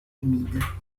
humides